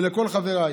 ולכל חבריי,